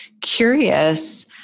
curious